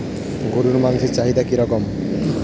গরুর মাংসের চাহিদা কি রকম?